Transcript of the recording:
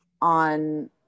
on